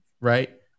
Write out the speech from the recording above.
right